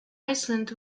iceland